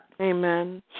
Amen